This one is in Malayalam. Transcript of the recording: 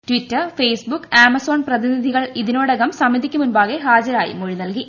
ട്ടിറ്റർ ഫെയ്സ്ബുക്ക് ആമസോൺ പ്രതിനിധികൾ ഇതിനോടകം സമിതിക്ക് മുമ്പാകെ ഹാജരായി മൊഴിനല്കി